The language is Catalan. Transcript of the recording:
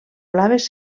blaves